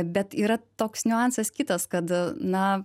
bet yra toks niuansas kitas kad na